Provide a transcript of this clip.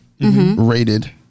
rated